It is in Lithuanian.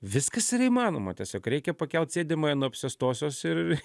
viskas yra įmanoma tiesiog reikia pakelt sėdimąją nuo apsėstosios ir